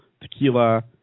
tequila